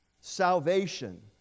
Salvation